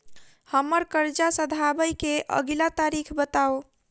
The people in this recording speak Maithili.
हम्मर कर्जा सधाबई केँ अगिला तारीख बताऊ?